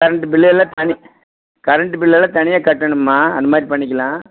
current பில்லெல்லாம் தனி current பில்லெல்லாம் தனியாக கட்டணும்மா அந்தமாதிரி பண்ணிக்கலாம்